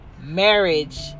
marriage